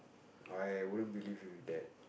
I wouldn't believe in that